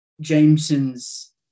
jameson's